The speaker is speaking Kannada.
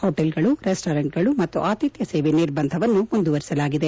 ಹೊಟೇಲ್ಗಳು ರೆಸ್ನೋರೆಂಟ್ಗಳು ಮತ್ತು ಆತಿಥ್ಲ ಸೇವೆ ನಿರ್ಬಂಧವನ್ನು ಮುಂದುವರಿಸಲಾಗಿದೆ